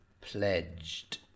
pledged